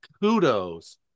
kudos